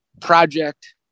project